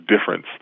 difference